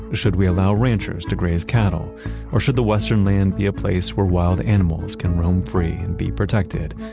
should we allow ranchers to graze cattle or should the western land be a place where wild animals can roam free and be protected,